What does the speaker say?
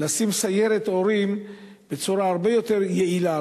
לשים סיירת הורים בצורה הרבה יותר יעילה,